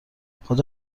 خدا